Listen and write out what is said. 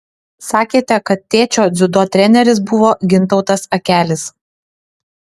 sakėte kad tėčio dziudo treneris buvo gintautas akelis